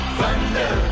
thunder